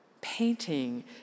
Painting